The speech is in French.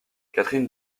catherine